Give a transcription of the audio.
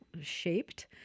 shaped